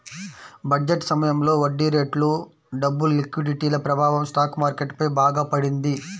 budget సమయంలో వడ్డీరేట్లు, డబ్బు లిక్విడిటీల ప్రభావం స్టాక్ మార్కెట్ పై బాగా పడింది